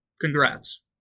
Congrats